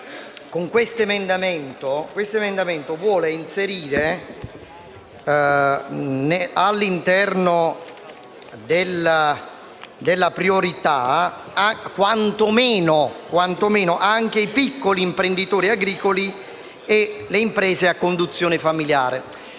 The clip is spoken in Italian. L'emendamento 4.102 vuole inserire all'interno della priorità anche i piccoli imprenditori agricoli e le imprese a conduzione familiare.